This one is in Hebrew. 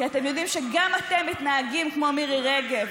כי אתם יודעים שגם אתם מתנהגים כמו מירי רגב,